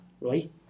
right